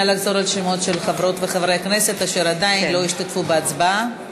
נא לחזור על שמות חברות וחברי הכנסת אשר עדיין לא השתתפו בהצבעה.